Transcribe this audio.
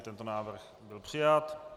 Tento návrh byl přijat.